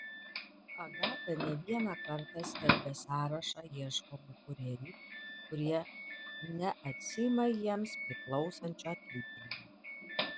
agata ne vieną kartą skelbė sąrašą ieškomų kūrėjų kurie neatsiima jiems priklausančio atlyginimo